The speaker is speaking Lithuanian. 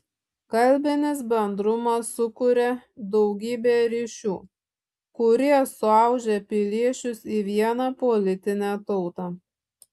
kalbinis bendrumas sukuria daugybė ryšių kurie suaudžia piliečius į vieną politinę tautą